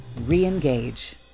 re-engage